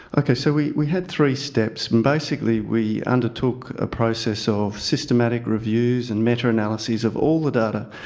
okay, so we we had three steps and basically we undertook a process of systematic reviews and meta-analyses of all the data,